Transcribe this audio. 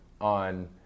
on